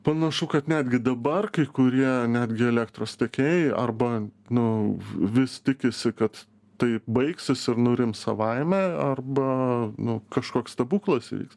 panašu kad netgi dabar kai kurie netgi elektros tiekėjai arba nu vis tikisi kad tai baigsis ir nurims savaime arba nu kažkoks stebuklas įvyks